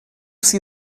see